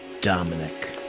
Dominic